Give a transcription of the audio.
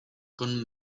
con